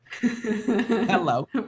Hello